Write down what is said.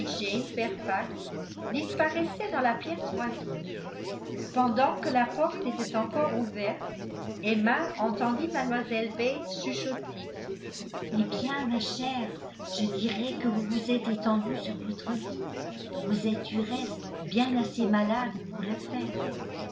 fairfax disparaissaient dans la pièce voisine pendant que la porte était encore ouverte emma entendit mlle bates chuchoter eh bien ma chère je dirai que vous vous êtes étendue sur votre lit vous êtes du reste bien assez malade pour le faire